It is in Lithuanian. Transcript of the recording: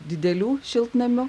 didelių šiltnamių